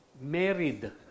married